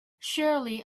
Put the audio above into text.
cheryl